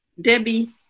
Debbie